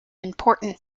important